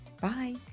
Bye